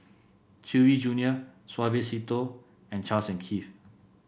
Chewy Junior Suavecito and Charles and Keith